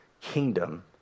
kingdom